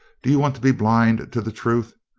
do you want to be blind to the truth?